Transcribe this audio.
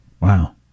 Wow